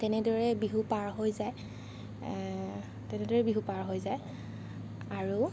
তেনেদৰে বিহু পাৰ হৈ যায় তেনেদৰে বিহু পাৰ হৈ যায় আৰু